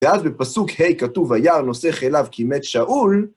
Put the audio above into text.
ואז בפסוק, ה', כתוב היער, נוסח אליו כמת שאול,